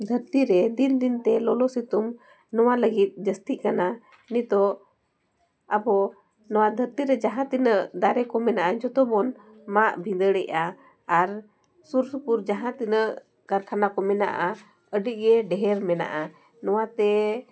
ᱫᱷᱟᱨᱛᱤᱨᱮ ᱫᱤᱱ ᱫᱤᱱᱛᱮ ᱞᱚᱚ ᱥᱤᱛᱩᱝ ᱱᱚᱣᱟ ᱞᱟᱹᱜᱤᱫ ᱡᱟᱹᱥᱛᱤ ᱠᱟᱱᱟ ᱱᱤᱛᱳᱜ ᱟᱵᱚ ᱱᱚᱣᱟ ᱫᱷᱟᱹᱨᱛᱤ ᱨᱮ ᱡᱟᱦᱟᱸ ᱛᱤᱱᱟᱹᱜ ᱫᱟᱨᱮ ᱠᱚ ᱢᱮᱱᱟᱜᱼᱟ ᱡᱷᱚᱛᱚ ᱵᱚᱱ ᱢᱟᱜ ᱵᱷᱤᱸᱫᱟᱹᱲᱮᱜᱼᱟ ᱟᱨ ᱥᱩᱨ ᱥᱩᱯᱩᱨ ᱡᱟᱦᱟᱸ ᱛᱤᱱᱟᱹᱜ ᱠᱟᱨᱠᱷᱟᱱᱟ ᱠᱚ ᱢᱮᱱᱟᱜᱼᱟ ᱟᱹᱰᱤ ᱜᱮ ᱰᱷᱮᱨ ᱢᱮᱱᱟᱜᱼᱟ ᱱᱚᱣᱟ ᱛᱮ